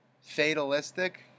fatalistic